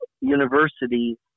University